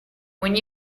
when